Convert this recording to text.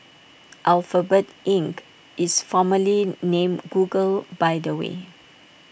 Alphabet Inc is formerly named Google by the way